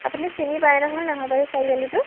আপুনি চিনি পায় নহয় নাহবাৰী চাৰিআলিটো